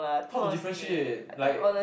how to differentiate like